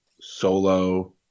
solo